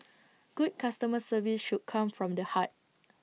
good customer service should come from the heart